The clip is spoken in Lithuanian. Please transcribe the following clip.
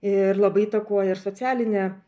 ir labai įtakoja ir socialinę